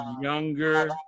younger